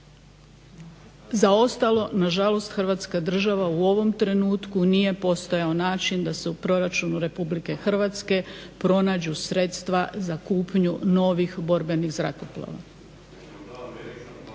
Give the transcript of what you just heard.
Za ostalo nažalost Hrvatska država u ovom trenutku nije postojao način da se u proračunu Republike Hrvatske pronađu sredstva za kupnju novih borbenih zrakoplova.